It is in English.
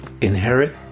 inherit